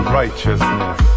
righteousness